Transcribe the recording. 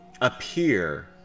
appear